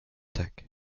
tech